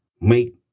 make